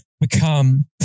become